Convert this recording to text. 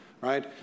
right